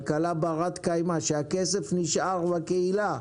כלכלה בת קיימא שהכסף נשאר בקהילה,